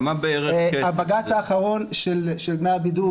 הבג"צ האחרון של דמי הבידוד,